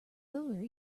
lure